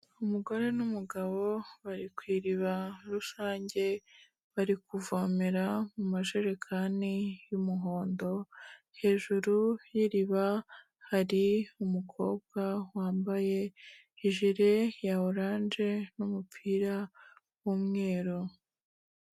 Umugore n'umugabo bari ku iriba rusange, bari kuvomera mu majerekani y'umuhondo, hejuru y'iriba hari umukobwa wambaye ijire ya oranje n'umupira w'umweru.